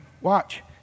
watch